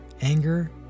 anger